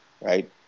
Right